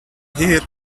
here